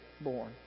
born